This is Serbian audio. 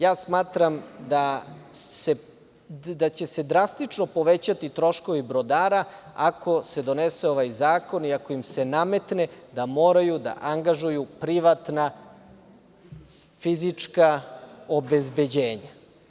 Ja smatram da će se drastično povećati troškovi brodara ako se donese ovaj zakon i ako im se nametne da moraju da angažuju privatna fizička obezbeđenja.